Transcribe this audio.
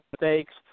mistakes